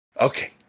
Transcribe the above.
Okay